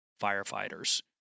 firefighters